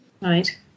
Right